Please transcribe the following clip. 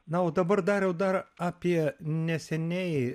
na o dabar dariau dar apie neseniai